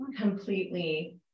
completely